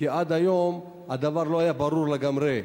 כי עד היום הדבר לא היה ברור לגמרי.